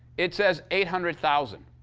it says eight hundred thousand.